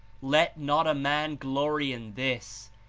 let not a man glory in this,